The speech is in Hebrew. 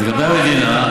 לגבי המדינה,